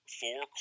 four